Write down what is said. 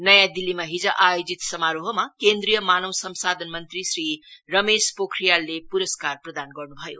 नयाँ दिल्लीमा हिज आयोजित समारोहमा केन्द्रीय मानव संसाधन मंत्री श्री रमेश पोखरियलले प्रस्कार प्रदान गर्न् भएयो